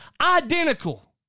Identical